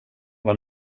var